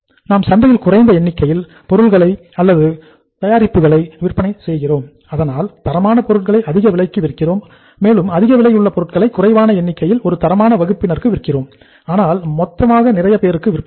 நாம் சந்தையில் குறைந்த எண்ணிக்கையில் பொருள்களை அல்லது தயாரிப்புகளை விற்பனை செய்கிறோம் ஆனால் தரமான பொருளை அதிக விலைக்கு விற்கிறோம் மேலும் அதிக விலை உள்ள பொருட்களை குறைவான எண்ணிக்கையில் ஒரு தரமான வகுப்பினருக்கு விற்கிறோம் ஆனால் மொத்தமாக நிறைய பேருக்கு விற்பதில்லை